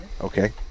Okay